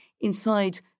inside